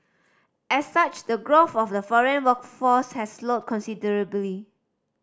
as such the growth of the foreign workforce has slowed considerably